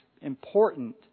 important